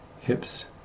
hips